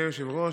אדוני היושב-ראש,